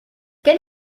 quel